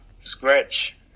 scratch